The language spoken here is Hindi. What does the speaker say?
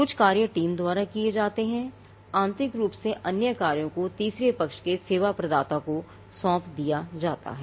कुछ कार्य टीम द्वारा किए जाते हैं आंतरिक रूप से अन्य कार्यों को तीसरे पक्ष के सेवा प्रदाता को सौंप दिया जाता है